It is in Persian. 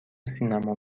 سینما